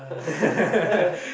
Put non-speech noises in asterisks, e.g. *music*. *laughs*